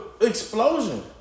explosion